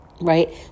right